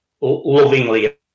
lovingly